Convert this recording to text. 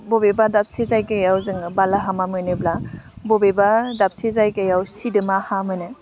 बबेबा दाबसे जायगायाव जोङो बालाहामा मोनोब्ला बबेबा दाबसे जायगायाव सिदोमा हा मोनो